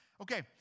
Okay